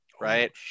right